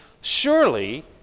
surely